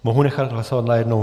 Mohu nechat hlasovat najednou?